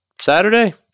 Saturday